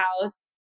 house